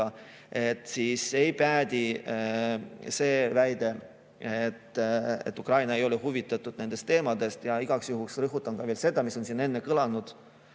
Ehk siis ei päde see väide, et Ukraina ei ole huvitatud nendest teemadest. Igaks juhuks rõhutan veel seda, mis on siin ennegi kõlanud,